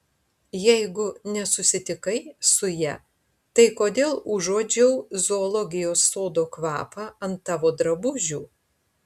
jeigu nesusitikai su ja tai kodėl užuodžiau zoologijos sodo kvapą ant tavo drabužių